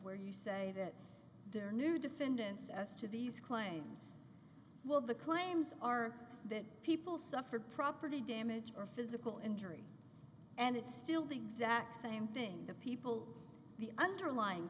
where you say that there are new defendants as to these claims well the claims are that people suffer property damage or physical injury and it's still think zach same thing the people the underlying